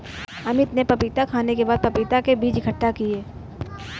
अमित ने पपीता खाने के बाद पपीता के बीज इकट्ठा किए